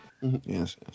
Yes